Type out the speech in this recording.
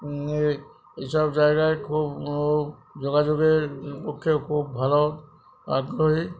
এইসব জায়গায় খুব যোগাযোগের পক্ষেও খুব ভালো আগ্রহী